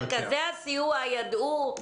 מרכזי הסיוע ידעו?